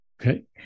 Okay